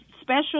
special